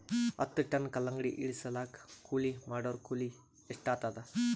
ಹತ್ತ ಟನ್ ಕಲ್ಲಂಗಡಿ ಇಳಿಸಲಾಕ ಕೂಲಿ ಮಾಡೊರ ಕೂಲಿ ಎಷ್ಟಾತಾದ?